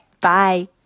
Bye